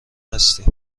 هستی